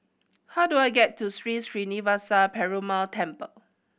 how do I get to Sri Srinivasa Perumal Temple